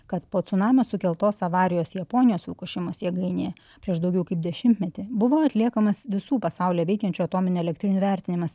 kad po cunamio sukeltos avarijos japonijos fukušimos jėgainėje prieš daugiau kaip dešimtmetį buvo atliekamas visų pasaulyje veikiančių atominių elektrinių vertinimas